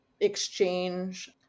exchange